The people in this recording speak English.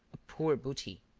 a poor booty!